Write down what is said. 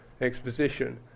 exposition